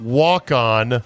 walk-on